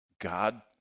God